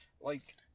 Like-